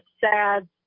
sad